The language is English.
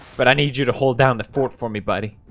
but i need you to hold down the fort for me buddy.